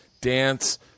dance